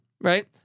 right